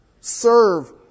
serve